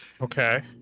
Okay